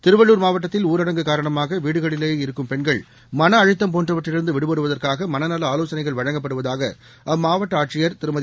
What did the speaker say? திருவள்ளூர் மாவட்டத்தில் ஊரடங்கு காரணமாக வீடுகளிலேயே இருக்கும் பெண்கள் மனஅழுத்தம் போன்றவற்றிலிருந்து விடுபடுவதற்காக மனநல ஆலோசனைகள் வழங்கப்படுவதாக அம்மாவட்ட ஆட்சியர் திருமதி